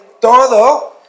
todo